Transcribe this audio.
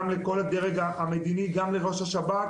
לכל הדרג המדיני, וגם לראש השב"כ.